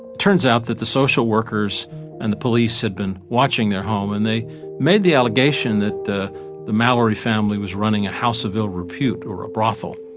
turns out that the social workers and the police had been watching their home, and they made the allegation that the the mallory family was running a house of ill repute or a brothel.